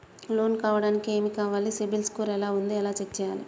Loan కావడానికి ఏమి కావాలి సిబిల్ స్కోర్ ఎలా ఉంది ఎలా చెక్ చేయాలి?